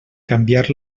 canviar